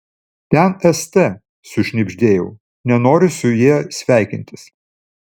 ten st sušnibždėjau nenoriu su ja sveikintis